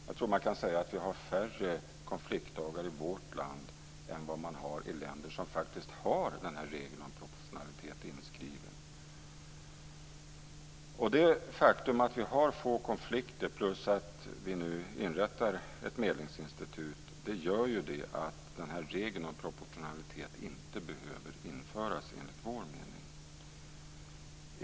Jag tror att man kan säga att vi har färre konfliktdagar i vårt land än vad man har i länder som faktiskt har den här regeln om proportionalitet inskriven. Det faktum att vi har få konflikter plus att vi nu inrättar ett medlingsinstitut gör att regeln om proportionalitet inte behöver införas enligt vår mening.